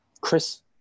Chris